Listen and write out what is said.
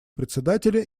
председателя